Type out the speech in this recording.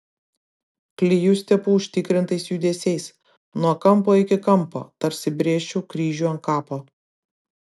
klijus tepu užtikrintais judesiais nuo kampo iki kampo tarsi brėžčiau kryžių ant kapo